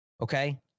Okay